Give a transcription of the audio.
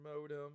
modem